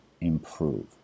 improve